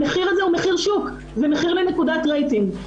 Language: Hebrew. המחיר הזה הוא מחיר שוק, זה מחיר לנקודת רייטינג.